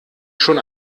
schon